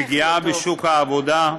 פגיעה בשוק העבודה,